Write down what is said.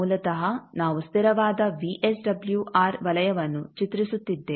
ಮೂಲತಃ ನಾವು ಸ್ಥಿರವಾದ ವಿಎಸ್ಡಬ್ಲ್ಯೂಆರ್ ವಲಯವನ್ನು ಚಿತ್ರಿಸುತ್ತಿದ್ದೇವೆ